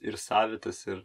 ir savitas ir